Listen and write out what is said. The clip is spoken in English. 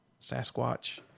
Sasquatch